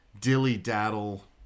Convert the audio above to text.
dilly-daddle